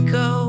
go